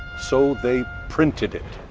so they printed it.